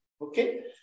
Okay